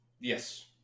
Yes